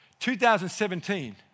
2017